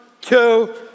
two